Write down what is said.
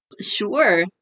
Sure